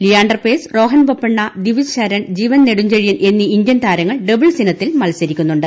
Leander Paes Rohan Bopanna Divij Sharan Jeevan Nedunchezhiyan എന്നീ Indian താരങ്ങൾ doubles ഇനത്തിൽ മത്സരിക്കുന്നുണ്ട്